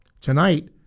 Tonight